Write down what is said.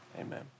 amen